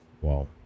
Wow